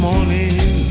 morning